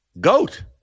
Goat